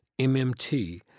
MMT